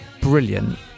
brilliant